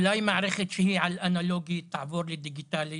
אולי מערכת שהיא אנלוגית תעבור לדיגיטלי?